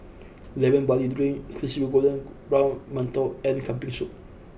Lemon Barley Drink Crispy Golden Brown Mantou and Kambing Soup